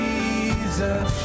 Jesus